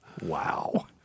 wow